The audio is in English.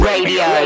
Radio